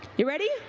you ready?